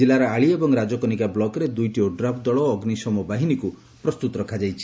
ଜିଲ୍ଲାର ଆଳି ଏବଂ ରାଜକନିକା ବ୍ଲକରେ ଦୁଇଟି ଓଡ୍ରାଫ ଦଳ ଓ ଅଗ୍ନିଶମ ବାହିନୀକୁ ପ୍ରସ୍ତୁତ କରି ରଖାଯାଇଛି